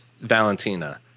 Valentina